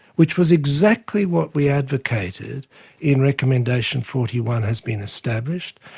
which was exactly what we advocated in recommendation forty one, has been established.